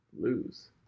lose